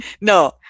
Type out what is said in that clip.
No